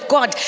God